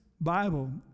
Bible